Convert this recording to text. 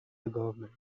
government